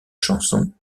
chanson